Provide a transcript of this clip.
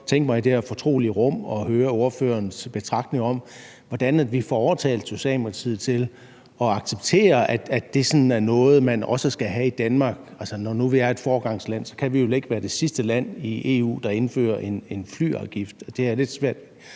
tænke mig i det her fortrolige rum at høre ordførerens betragtninger om, hvordan vi får overtalt Socialdemokratiet til at acceptere, at det er noget, man også skal have i Danmark. Når nu vi er et foregangsland, kan vi vel ikke være det sidste land i EU, der indfører en flyafgift. Jeg har lidt svært